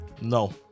No